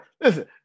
Listen